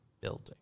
building